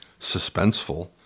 suspenseful